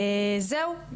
זהו,